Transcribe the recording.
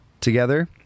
together